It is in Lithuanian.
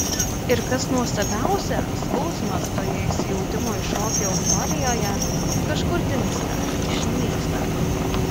ir kas nuostabiausia skausmas toje įsijautimo į šokį euforijoje kažkur dingsta išnyksta